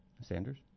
Sanders